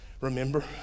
Remember